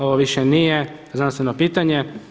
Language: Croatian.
Ovo više nije znanstveno pitanje.